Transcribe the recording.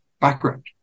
background